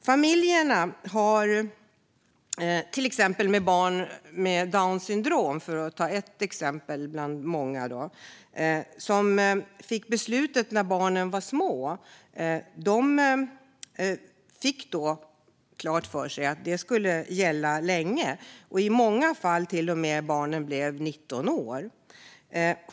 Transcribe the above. Familjer som har barn med Downs syndrom, för att ta ett exempel bland många, och som fick beslutet när barnen var små fick då klart för sig att det skulle gälla länge, i många fall till dess att barnen blev 19 år.